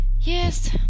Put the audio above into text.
Yes